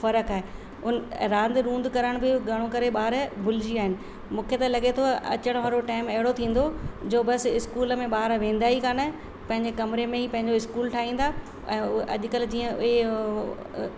फर्क़ु आहे रांधि रूंध करण बि घणो करे ॿार भुलिजी विया आहिनि मूंखे त लॻे थो अचण वारो टाइम अहिड़ो थींदो जो बसि इस्कूल में ॿार वेंदा ई कोन पंहिंजे कमरे में ई पंहिंजो इस्कूल ठाहींदा ऐं उहे अॼुकल्ह जीअं